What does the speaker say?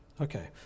Okay